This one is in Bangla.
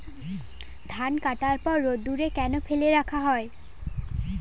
ধান কাটার পর রোদ্দুরে কেন ফেলে রাখা হয়?